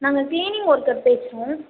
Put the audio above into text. நாங்கள் cleaning worker பேசுகிறோம்